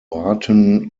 barton